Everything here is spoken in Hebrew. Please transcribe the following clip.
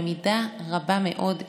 במידה רבה מאוד,